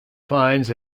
fines